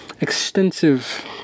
extensive